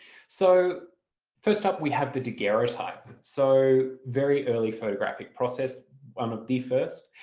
so first up we have the daguerreotype so very early photographic process, one of the first.